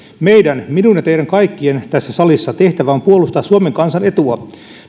meidän minun ja teidän kaikkien tässä salissa tehtävämme on puolustaa suomen kansan etua